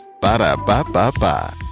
Ba-da-ba-ba-ba